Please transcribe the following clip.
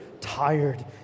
tired